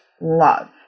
love